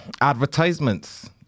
advertisements